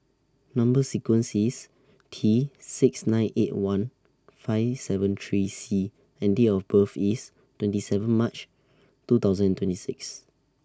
Number sequence IS T six nine eight one five seven three C and Date of birth IS twenty seven March two thousand twenty six